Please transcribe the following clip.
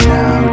now